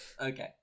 Okay